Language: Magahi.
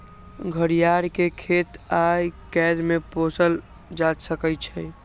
घरियार के खेत आऽ कैद में पोसल जा सकइ छइ